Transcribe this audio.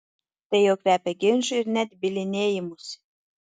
tai jau kvepia ginču ir net bylinėjimusi